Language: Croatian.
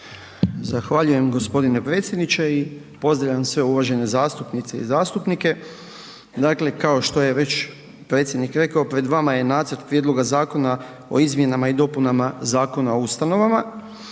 Zahvaljujem g. predsjedniče i pozdravljam sve uvažene zastupnice i zastupnike. Dakle, kao što je već predsjednik rekao, pred vama je nacrt Prijedloga zakona o izmjenama i dopunama Zakona o ustanovama.